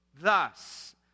Thus